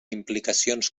implicacions